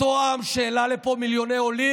אותו עם שהעלה לפה מיליוני עולים.